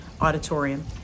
auditorium